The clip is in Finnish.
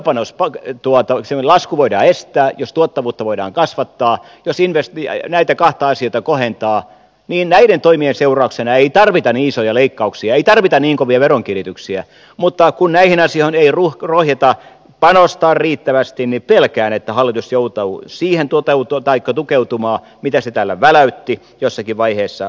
silloin jos työpanoksen lasku voidaan estää jos tuottavuutta voidaan kasvattaa jos näitä kahta asiaa kohentaa niin näiden toimien seurauksena ei tarvita niin isoja leikkauksia ei tarvita niin kovia veronkiristyksiä mutta kun näihin asioihin ei rohjeta panostaa riittävästi niin pelkään että hallitus joutuu siihen tukeutumaan mitä se täällä väläytti jossakin vaiheessa